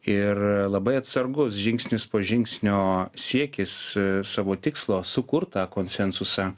ir labai atsargus žingsnis po žingsnio siekis savo tikslo sukurtą konsensusą